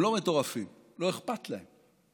הם לא מטורפים, לא אכפת להם.